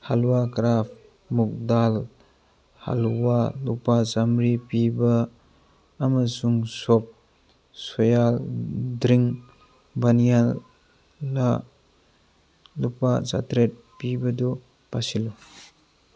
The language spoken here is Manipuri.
ꯍꯜꯋꯥ ꯀ꯭ꯔꯥꯐ ꯃꯣꯡ ꯗꯥꯜ ꯍꯜꯋꯥ ꯂꯨꯄꯥ ꯆꯥꯝꯃꯔꯤ ꯄꯤꯕ ꯑꯃꯁꯨꯡ ꯁꯣꯞ ꯁꯣꯌꯥꯜ ꯗ꯭ꯔꯤꯡ ꯕꯥꯅꯤꯌꯥꯟꯅ ꯂꯨꯄꯥ ꯆꯥꯇ꯭ꯔꯦꯠ ꯄꯤꯕꯗꯨ ꯄꯥꯁꯤꯜꯂꯨ